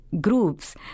groups